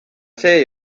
see